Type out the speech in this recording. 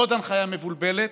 בעוד הנחיה מבולבלת,